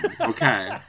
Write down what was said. okay